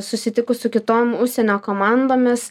susitikus su kitom užsienio komandomis